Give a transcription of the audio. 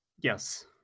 Yes